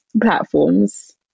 platforms